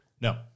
No